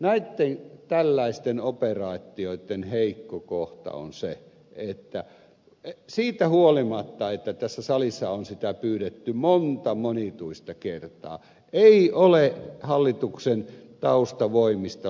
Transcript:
näitten tällaisten operaatioitten heikko kohta on se että siitä huolimatta että tässä salissa on sitä pyydetty monta monituista kertaa ei ole hallituksen taustavoimista